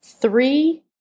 Three